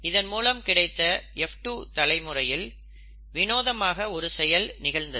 இதன் மூலம் கிடைத்த F2 தலைமுறையில் வினோதமாக ஒரு செயல் நிகழ்ந்தது